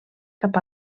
cap